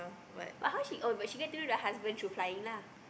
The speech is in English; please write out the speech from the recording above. but how she oh but she get through the husband through flying lah